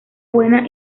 buena